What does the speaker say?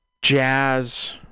jazz